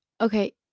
Okay